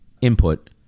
input